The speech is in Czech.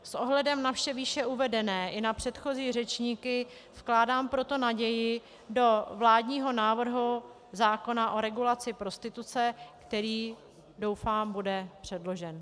S ohledem na vše výše uvedené i na předchozí řečníky vkládám proto naději do vládního návrhu zákona o regulaci prostituce, který, doufám, bude předložen.